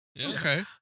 Okay